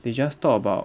they just talk about